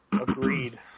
Agreed